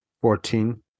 Fourteen